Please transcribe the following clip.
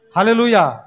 Hallelujah